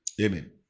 Amen